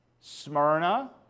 Smyrna